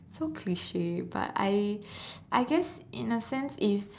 so cliche but I I guess in a sense it's